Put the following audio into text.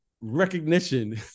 recognition